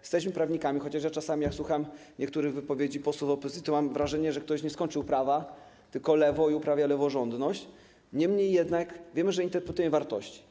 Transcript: jesteśmy prawnikami, chociaż jak czasami słucham niektórych wypowiedzi posłów opozycji, to mam wrażenie, że niektórzy nie skończyli prawa, tylko lewo i uprawiają leworządność, niemniej jednak wiemy, że interpretujemy wartości.